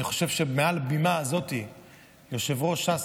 אני חושב שמעל הבימה הזאת יו"ר ש"ס,